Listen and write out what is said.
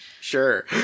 Sure